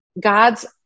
God's